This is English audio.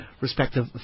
respective